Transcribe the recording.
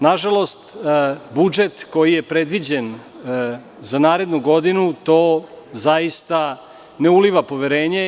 Nažalost, budžet koji je predviđen za narednu godinu u to ne uliva poverenje.